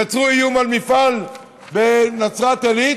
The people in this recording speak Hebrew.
יצרו איום על מפעל בנצרת עילית,